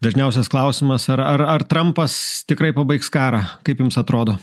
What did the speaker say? dažniausias klausimas ar ar ar trampas tikrai pabaigs karą kaip jums atrodo